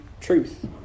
truth